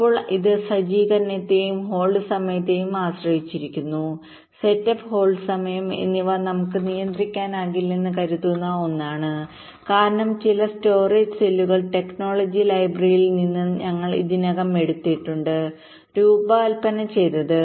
ഇപ്പോൾ ഇത് സജ്ജീകരണത്തെയും ഹോൾഡ് സമയത്തെയും ആശ്രയിച്ചിരിക്കുന്നു സെറ്റപ്പ് ഹോൾഡ് സമയം എന്നിവ നമുക്ക് നിയന്ത്രിക്കാനാകില്ലെന്ന് കരുതുന്ന ഒന്നാണ് കാരണം ചില സ്റ്റോറേജ് സെല്ലുകൾചില ടെക്നോളജി ലൈബ്രറിയിൽനിന്ന് ഞങ്ങൾ ഇതിനകം എടുത്തിട്ടുണ്ട് രൂപകൽപ്പന ചെയ്തത്